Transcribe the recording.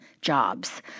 jobs